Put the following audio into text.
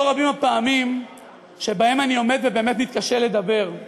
לא רבות הפעמים שבהן אני עומד ובאמת מתקשה לדבר.